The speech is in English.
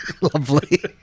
Lovely